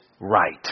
right